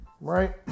Right